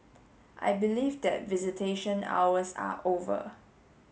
I believe that visitation hours are over